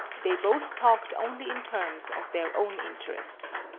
they both talked only in terms of their own interests.